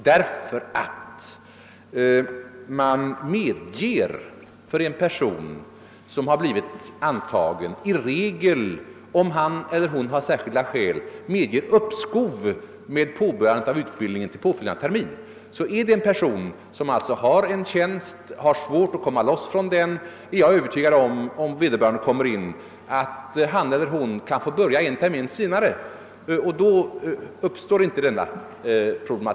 I regel medger man nämligen för en person som har blivit antagen, om han eller hon har särskilda skäl, uppskov med påbörjandet av utbildningen till påföljande termin. Om en person har en tjänst och har svårt att komma loss från den, är jag alltså övertygad om att han eller hon kan få börja en termin senare. Då uppstår inte något problem.